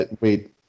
Wait